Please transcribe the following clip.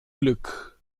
glück